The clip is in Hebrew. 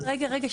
רגע, רגע.